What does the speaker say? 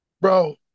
Bro